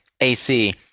AC